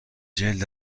جلد